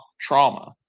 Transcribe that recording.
trauma